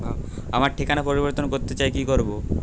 আমার ঠিকানা পরিবর্তন করতে চাই কী করব?